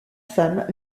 femme